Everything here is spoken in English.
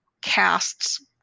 cast's